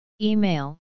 Email